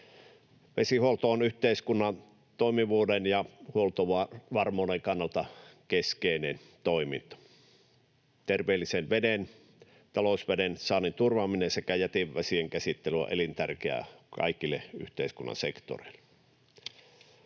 Vesihuolto on yhteiskunnan toimivuuden ja huoltovarmuuden kannalta keskeinen toiminto. Terveellisen talousveden saannin turvaaminen sekä jätevesien käsittely on elintärkeää kaikille yhteiskunnan sektoreille.